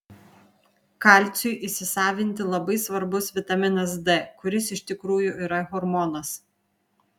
kalciui įsisavinti labai svarbus vitaminas d kuris iš tikrųjų yra hormonas